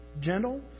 gentle